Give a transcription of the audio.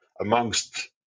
amongst